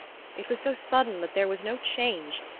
it was so sudden that there was no change,